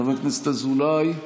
חבר הכנסת אזולאי?